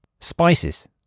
Spices